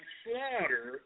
slaughter